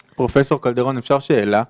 פרופ' קלדרון, אפשר שאלה?